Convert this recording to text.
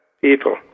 people